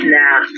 now